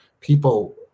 people